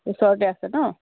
ওচৰতে আছে নহ্